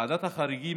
ועדת החריגים,